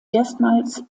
erstmals